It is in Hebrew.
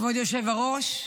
כבוד היושב-ראש,